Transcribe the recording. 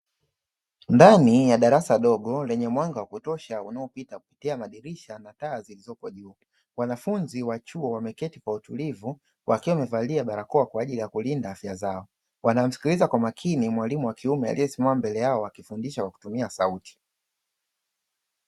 Ndani ya darasa dogo lenye mwanga wa kutosha unaopita kupitia madirisha na taa zilizopo juu, wanafunzi wa chuo wameketi kwa utulivu wakiwa wamevalia barakoa kwaajili ya kulinda afya zao. Wanamsikiliza kwa makini mwalimu wa kiume aliyesimama mbele yao akifundisha kwa kutumia sauti.